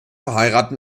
verheiratet